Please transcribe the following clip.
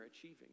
achieving